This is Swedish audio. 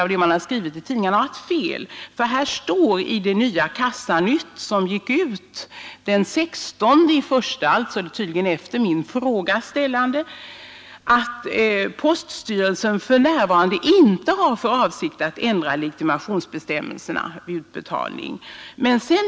I det senaste numret av Kassanytt, som utkom den 16 januari, alltså efter det att jag ställde min fråga, står det att poststyrelsen för närvarande inte har för avsikt att ändra legitimationsbestämmelserna vid utbetalning.